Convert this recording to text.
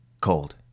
Cold